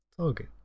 Okay